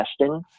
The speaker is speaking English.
testing